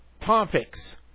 topics